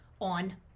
on